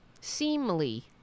seemly